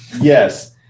Yes